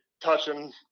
touching